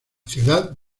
ciudad